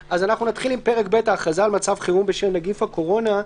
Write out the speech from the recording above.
נתחיל עם פרק ב' ההכרזה על מצב חירום בשל נגיף הקורונה.